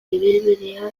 ibilbidea